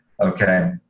okay